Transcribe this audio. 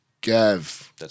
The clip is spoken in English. Gav